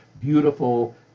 beautiful